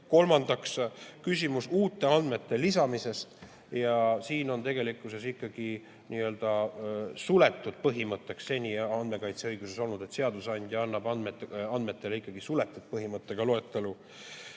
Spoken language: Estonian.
Kolmandaks, küsimus uute andmete lisamisest – siin on tegelikkuses ikkagi n-ö suletud põhimõtteks seni andmekaitseõiguses olnud see, et seadusandja annab andmetele suletud põhimõttega loetelu.